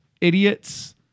idiots